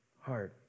hard